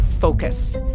Focus